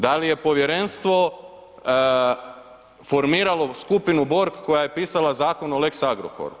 Da li je povjerenstvo formiralo skupinu Borg koja je pisala Zakon o lex Agrokoru?